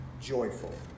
joyful